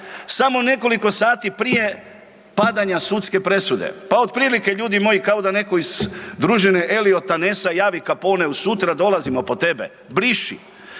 samo nekoliko sati prije padanja sudske presude. Pa otprilike, ljudi moji, kao da netko iz družine Eliota Nessa javi Caponeu sutra dolazimo po tebe, briši.